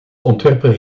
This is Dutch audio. ontwerper